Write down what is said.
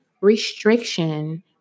restriction